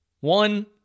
One